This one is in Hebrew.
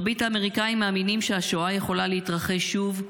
מרבית האמריקנים מאמינים שהשואה יכולה להתרחש שוב,